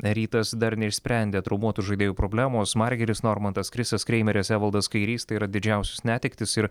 rytas dar neišsprendė traumuotų žaidėjų problemos margiris normantas krisas kreimeris evaldas kairys tai yra didžiausios netektys ir